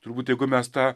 turbūt jeigu mes tą